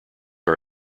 are